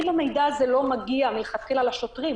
אם המידע הזה לא מגיע מלכתחילה לשוטרים,